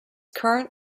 current